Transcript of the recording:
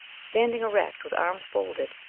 standing erect, with arms folded,